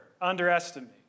underestimate